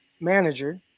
manager